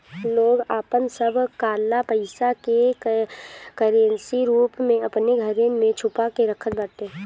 लोग आपन सब काला पईसा के करेंसी रूप में अपनी घरे में छुपा के रखत बाटे